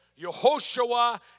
Yehoshua